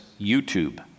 YouTube